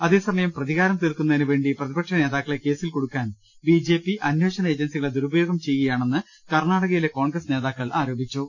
അതേസമയം പ്രതികാരം തീർക്കുന്നതിനുവേണ്ടി പ്രതിപക്ഷനേതാക്കളെ കേസിൽ കുടുക്കാൻ ബി ജെ പി അന്വേഷണ ഏജൻസികളെ ദുരുപ്പയോഗം ചെയ്യുകയാ ണെന്നും കർണാടകയിലെ കോൺഗ്രസ് നേതാക്കൾ ആരോപിച്ചു